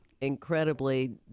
incredibly